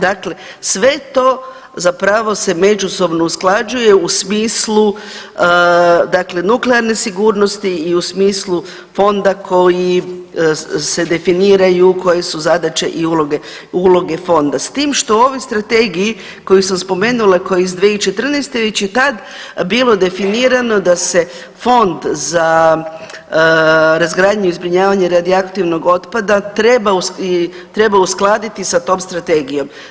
Dakle, sve to zapravo se međusobno usklađuje u smislu dakle nuklearne sigurnosti i u smislu Fonda koji se definiraju, koje su zadaće i uloge Fonda, s tim što u ovoj Strategiji koju sam spomenula, koja je iz 2014. već je tad bilo definirano da se Fond za razgradnju i zbrinjavanje radioaktivnog otpada treba uskladiti sa tom Strategijom.